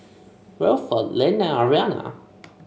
Wilfrid Lynn and Ariana